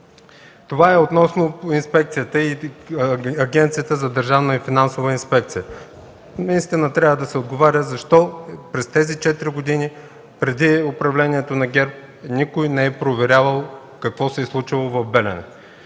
Това е относно инспекцията и Агенцията за държавна финансова инспекция. Наистина трябва да се отговаря защо през тези четири години преди управлението на ГЕРБ никой не е проверявал какво се е случвало в „Белене”.